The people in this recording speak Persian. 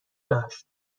داشت